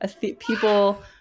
people